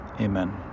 Amen